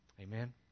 Amen